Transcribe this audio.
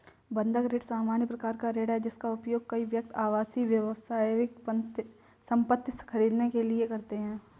बंधक ऋण सामान्य प्रकार का ऋण है, जिसका उपयोग कई व्यक्ति आवासीय, व्यावसायिक संपत्ति खरीदने के लिए करते हैं